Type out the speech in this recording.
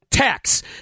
tax